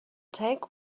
tank